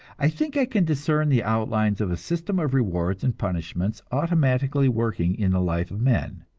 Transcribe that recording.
i think i can discern the outlines of a system of rewards and punishments automatically working in the life of men.